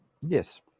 Yes